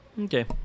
Okay